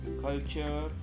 culture